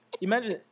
Imagine